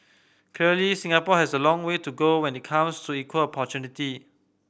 clearly Singapore has a long way to go when it comes to equal opportunity